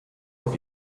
auf